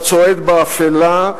אתה צועד באפלה,